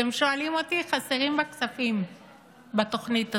אם אתם שואלים אותי, חסרים בה, בתוכנית הזאת,